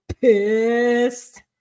Pissed